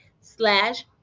slash